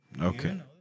Okay